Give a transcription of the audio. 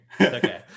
Okay